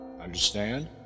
understand